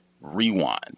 rewind